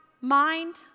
mind